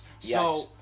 Yes